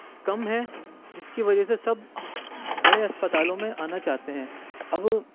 کم ہیں جس کی وجہ سے سب بڑے اسپتالوں میں آنا چاہتے ہیں اب